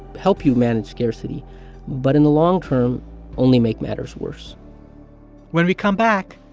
help you manage scarcity but in the long term only make matters worse when we come back,